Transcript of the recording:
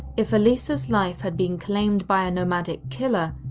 if elisa's life had been claimed by a nomadic killer,